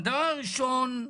דבר ראשון,